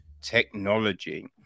technology